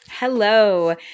Hello